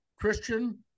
Christian